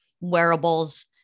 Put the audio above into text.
wearables